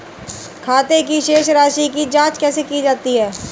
खाते की शेष राशी की जांच कैसे की जाती है?